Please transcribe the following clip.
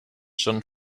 schon